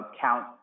count